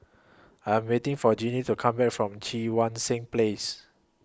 I Am waiting For Jinnie to Come Back from Cheang Wan Seng Place